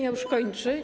Ja już kończę.